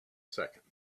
seconds